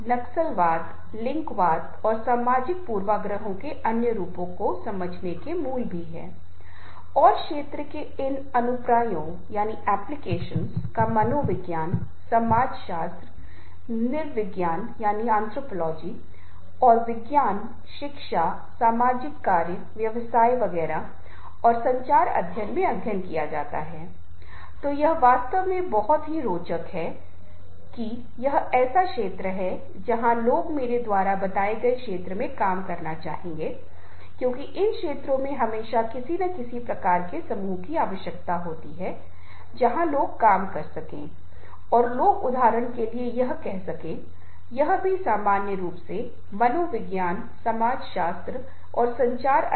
इसलिए फिर से ये चीजें बहुत महत्वपूर्ण हैं व्यक्तिगत संबंध जो हम किसी समूह में इसके बारे में बात कर रहे हैं यदि व्यक्ति आपस में अच्छी समझ रखते हैं और नेता के प्रति सम्मान रखते हैं नेता के लिए विश्वास है तो चीजें काफी आसान हो जाती हैं मुश्किल नहीं है और लोगों के विश्वास को प्रबंधित करता है और उनकी भावनाओं को संभालता है आप जानते हैं कि भावनाएं ये चीजें हैं जो मानव व्यवहार और प्रकृति हैं जो अक्सर कभी कभी अचानक आती हैं हम बहुत दुखी खुश या खुश हो जाते हैं या हम उदास हो जाते हैं हम विभिन्न कारणों से व्यथित हो जाते हैं